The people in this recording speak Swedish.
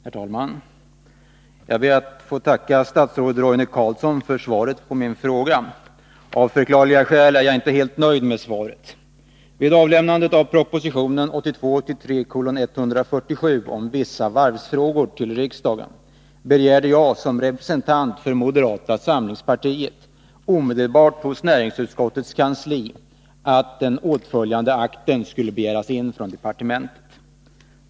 Herr talman! Jag ber att få tacka statsrådet Roine Carlsson för svaret på min fråga. Av förklarliga skäl är jag inte helt nöjd med svaret. När proposition 1982/83:147 om vissa varvsfrågor avlämnades till riksdagen begärde jag som representant för moderata samlingspartiet omedelbart hos näringsutskottets kansli att rapporten i fråga skulle begäras in från departementet.